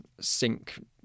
sync